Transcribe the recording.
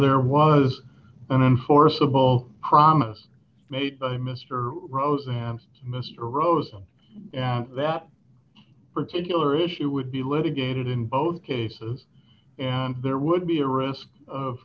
there was an enforceable promise made by mr rosen mr rosen that particular issue would be litigated in both cases there would be a risk